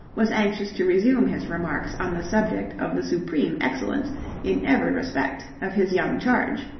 was anxious to resume his remarks on the subject of the supreme excellence in every respect of his young charge.